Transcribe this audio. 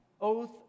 oath